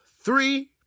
three